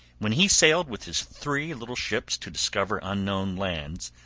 when he sailed with his three little ships to discover unknown lands,